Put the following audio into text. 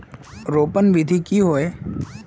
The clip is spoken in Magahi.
रोपण विधि की होय?